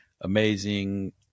amazing